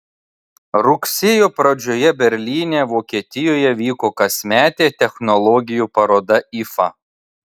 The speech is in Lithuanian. rugsėjo pradžioje berlyne vokietijoje vyko kasmetė technologijų paroda ifa